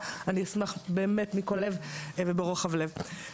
אני אשמח מכל הלב וברוחב לב.